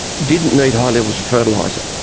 didn't need high levels of fertiliser.